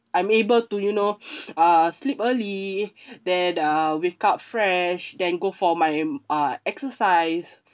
I'm able to you know uh sleep early then uh wake up fresh then go for my uh exercise